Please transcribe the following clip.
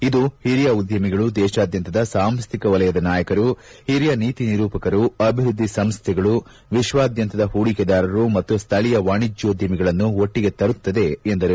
ಇದು ಹಿರಿಯ ಉದ್ಯಮಿಗಳು ದೇಶಾದ್ಯಂತದ ಸಾಂಸ್ಕಿಕ ವಲಯದ ನಾಯಕರು ಹಿರಿಯ ನೀತಿ ನಿರೂಪಕರು ಅಭಿವೃದ್ಧಿ ಸಂಸ್ಥೆಗಳು ವಿಶ್ವಾದ್ಯಂತದ ಹೂಡಿಕೆದಾರರು ಮತ್ತು ಸ್ಥಳೀಯ ವಾಣಿಜ್ಯೋದ್ಯಮಿಗಳನ್ನು ಒಟ್ಟಿಗೆ ತರುತ್ತದೆ ಎಂದರು